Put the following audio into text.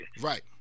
Right